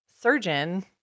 surgeon